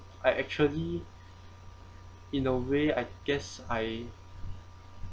I actually in a way I guess I